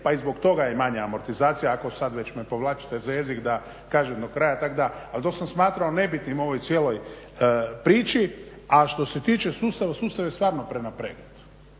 pa i zbog toga je manja amortizacija ako sad već me povlačite za jezik da kažem do kraja. Tako da, ali to sam smatrao nebitnim u ovoj cijeloj priči. A što se tiče sustava, sustav je stvarno prenapregnut